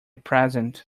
present